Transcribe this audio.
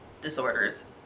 disorders